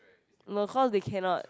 no cause they cannot